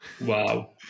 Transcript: Wow